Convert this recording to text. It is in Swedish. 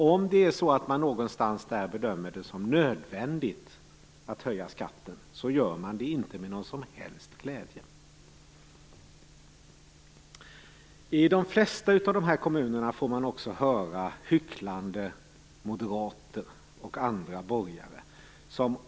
Om man bedömer det som nödvändigt att höja skatten gör man det inte med någon som helst glädje - det kan jag garantera er. I de flesta av dessa kommuner får man också höra hycklande moderater och andra borgare.